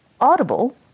Audible